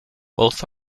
both